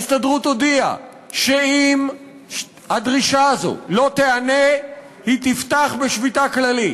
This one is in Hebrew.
ההסתדרות הודיעה שאם הדרישה הזאת לא תיענה היא תפתח בשביתה כללית.